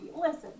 Listen